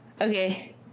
okay